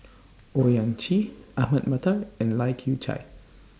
Owyang Chi Ahmad Mattar and Lai Kew Chai